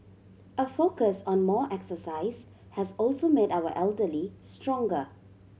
a focus on more exercise has also made our elderly stronger